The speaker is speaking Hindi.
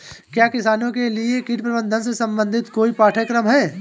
क्या किसानों के लिए कीट प्रबंधन से संबंधित कोई पाठ्यक्रम है?